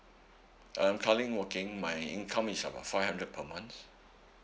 I'm cyrrently working my income is about five hundred per month